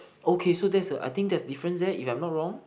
okay so that's a I think that's a difference there if I'm not wrong